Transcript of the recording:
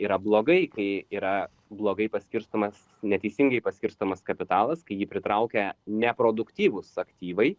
yra blogai kai yra blogai paskirstomas neteisingai paskirstomas kapitalas kai jį pritraukia neproduktyvūs aktyvai